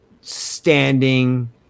standing